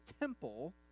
temple